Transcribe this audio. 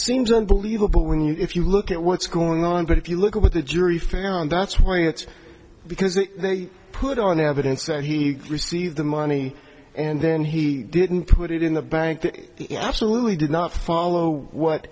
seems unbelievable when you if you look at what's going on but if you look at what the jury found that's why it's because they put on evidence that he received the money and then he didn't put it in the bank that absolutely did not follow what